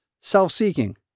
self-seeking